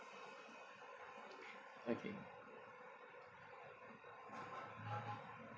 okay